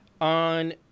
on